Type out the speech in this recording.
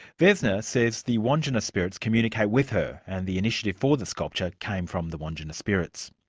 vesna says the wandjina spirits communicate with her, and the initiative for the sculpture came from the wandjina spirits.